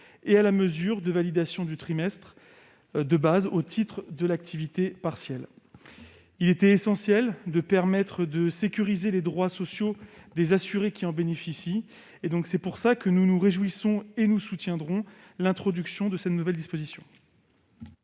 la mesure de validation du trimestre de base au titre de l'activité partielle. Il était essentiel de permettre de sécuriser les droits sociaux des assurés qui bénéficient de ce dispositif. C'est pourquoi nous nous réjouissons de l'introduction de ces nouvelles dispositions,